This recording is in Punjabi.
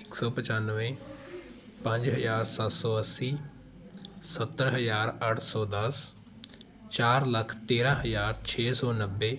ਇੱਕ ਸੌ ਪਚਾਨਵੇਂ ਪੰਜ ਹਜ਼ਾਰ ਸੱਤ ਸੌ ਅੱਸੀ ਸੱਤਰ ਹਜ਼ਾਰ ਅੱਠ ਸੌ ਦਸ ਚਾਰ ਲੱਖ ਤੇਰ੍ਹਾਂ ਹਜ਼ਾਰ ਛੇ ਸੌ ਨੱਬੇ